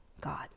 God